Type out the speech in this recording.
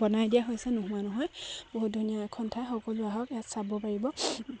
বনাই দিয়া হৈছে নোহোৱা নহয় বহুত ধুনীয়া এখন ঠাই সকলোৱে হওক ইয়াত চাব পাৰিব